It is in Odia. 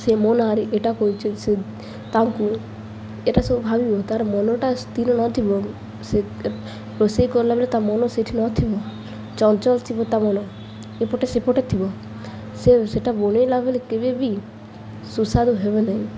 ସେ ମୋ ନାଁରେ ଏଇଟା କହିଛି ସେ ତାଙ୍କୁ ଏଇଟା ସବୁ ଭାବିବ ତାର ମନଟା ସ୍ଥିର ନଥିବ ସେ ରୋଷେଇ କଲା ବେଲେ ତା ମନ ସେଠି ନଥିବ ଚଞ୍ଚଲ ଥିବ ତା ମନ ଏପଟେ ସେପଟେ ଥିବ ସେ ସେଟା ବନେଇଲା ବେଲେ କେବେ ବି ସୁସ୍ୱାଦୁ ହେବେ ନାହିଁ